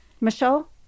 Michelle